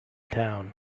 town